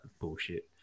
bullshit